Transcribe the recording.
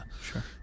Sure